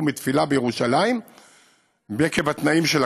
מתפילה בירושלים עקב התנאים של הכביש,